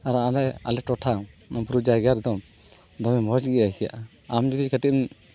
ᱟᱨ ᱟᱞᱮ ᱟᱞᱮ ᱴᱚᱴᱷᱟ ᱱᱚᱣᱟ ᱵᱩᱨᱩ ᱡᱟᱭᱜᱟ ᱨᱮᱫᱚ ᱫᱚᱢᱮ ᱢᱚᱡᱽᱜᱮ ᱟᱹᱭᱠᱟᱹᱜᱼᱟ ᱟᱢ ᱡᱩᱫᱤ ᱠᱟᱹᱴᱤᱡ ᱮᱢ